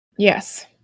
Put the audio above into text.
Yes